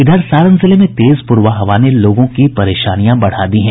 इधर सारण जिले में तेज पूरबा हवा ने लोगों की परेशानियां बढ़ा दी हैं